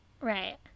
Right